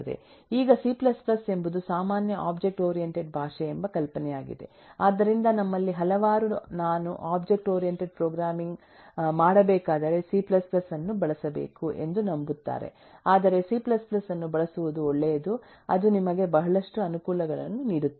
ಈಗ C C ಎಂಬುದು ಸಾಮಾನ್ಯ ಒಬ್ಜೆಕ್ಟ್ ಓರಿಯಂಟೆಡ್ ಭಾಷೆ ಎಂಬ ಕಲ್ಪನೆಯಾಗಿದೆ ಆದ್ದರಿಂದ ನಮ್ಮಲ್ಲಿ ಹಲವರು ನಾನು ಒಬ್ಜೆಕ್ಟ್ ಓರಿಯೆಂಟೆಡ್ ಪ್ರೋಗ್ರಾಮಿಂಗ್ ಮಾಡಬೇಕಾದರೆ ಸಿ C ಅನ್ನು ಬಳಸಬೇಕು ಎಂದು ನಂಬುತ್ತಾರೆ ಆದರೆ ಸಿ C ಅನ್ನು ಬಳಸುವುದು ಒಳ್ಳೆಯದು ಅದು ನಿಮಗೆ ಬಹಳಷ್ಟು ಅನುಕೂಲಗಳನ್ನು ನೀಡುತ್ತದೆ